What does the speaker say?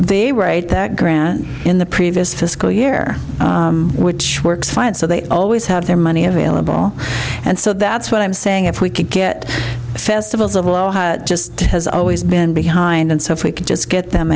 they rate that grand in the previous fiscal year which works fine so they always had their money available and so that's what i'm saying if we could get festivals of all just has always been behind and so if we could just get them